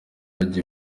bajya